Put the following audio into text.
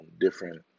different